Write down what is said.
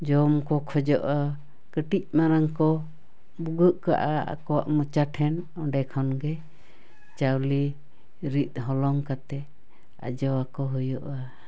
ᱡᱚᱢ ᱠᱚ ᱠᱷᱚᱡᱚᱜᱼᱟ ᱠᱟᱹᱴᱤᱡ ᱢᱟᱨᱟᱝ ᱠᱚ ᱵᱷᱩᱜᱟᱹᱜ ᱠᱟᱜᱼᱟ ᱟᱠᱚᱣᱟᱜ ᱢᱚᱪᱟ ᱴᱷᱮᱱ ᱚᱸᱰᱮ ᱠᱷᱚᱱ ᱜᱮ ᱪᱟᱣᱞᱮ ᱨᱤᱫ ᱦᱚᱞᱚᱝ ᱠᱟᱛᱮ ᱟᱡᱚ ᱟᱠᱚ ᱦᱩᱭᱩᱜᱼᱟ